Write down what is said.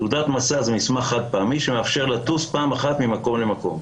תעודת מסע זה מסמך חד פעמי שמאפשר לטוס פעם אחת ממקום למקום.